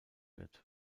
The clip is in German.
wird